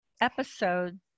episode